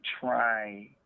try